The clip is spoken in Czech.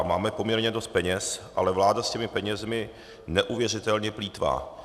Máme poměrně dost peněz, ale vláda s těmi penězi neuvěřitelně plýtvá.